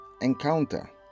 encounter